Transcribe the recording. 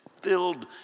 filled